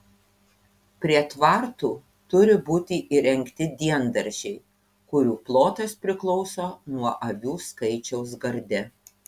prie tvartų turi būti įrengti diendaržiai kurių plotas priklauso nuo avių skaičiaus garde